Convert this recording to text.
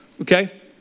okay